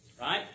Right